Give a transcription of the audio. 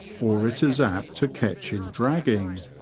or it is apt to catch in dragging.